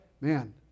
Man